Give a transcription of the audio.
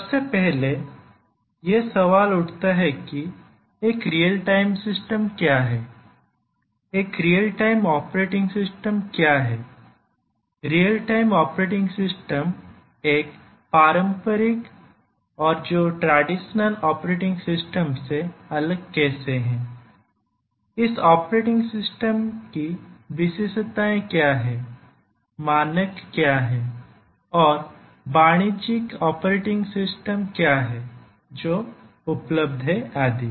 सबसे पहले यह सवाल उठता है कि एक रियल टाइम सिस्टम क्या है एक रियल टाइम ऑपरेटिंग सिस्टम क्या है रियल टाइम ऑपरेटिंग सिस्टम एक पारंपरिक ऑपरेटिंग सिस्टम से अलग कैसे हैं इस ऑपरेटिंग सिस्टम की विशेषताएं क्या है मानक क्या है और वाणिज्यिक ऑपरेटिंग सिस्टम क्या है जो उपलब्ध है आदि